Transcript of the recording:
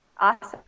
Awesome